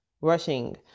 rushing